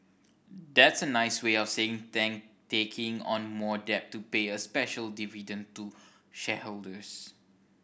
that's a nice way of saying taking on more debt to pay a special dividend to shareholders